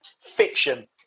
Fiction